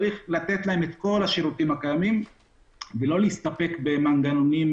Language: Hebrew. צריך לתת להם את כל השירותים הקיימים ולא להסתפק במנגנונים